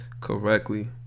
correctly